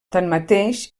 tanmateix